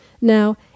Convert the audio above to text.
Now